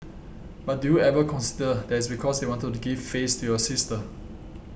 but do you ever consider that it's because they wanted to give face to your sister